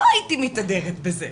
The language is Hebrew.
לא הייתי מתהדרת בזה,